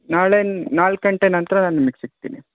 ನಾಳೆ ನಾಲ್ಕು ಗಂಟೆ ನಂತರ ನಾನು ನಿಮಗೆ ಸಿಗ್ತೀನಿ